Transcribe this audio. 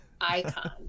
icon